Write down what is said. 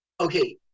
Okay